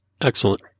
Excellent